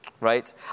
Right